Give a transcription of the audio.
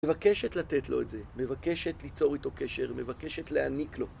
מבקשת לתת לו את זה, מבקשת ליצור איתו קשר, מבקשת להעניק לו.